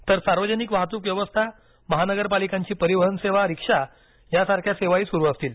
तर सार्वजनिक वाहतूक व्यवस्थामहानगरपालिकांची परिवहन सेवा रिक्षा या सारख्या सेवाही सुरु असतील